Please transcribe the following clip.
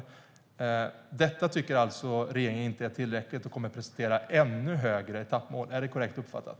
Men detta tycker regeringen inte är tillräckligt, och man kommer därför att presentera ännu högre etappmål. Är det korrekt uppfattat?